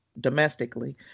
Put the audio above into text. domestically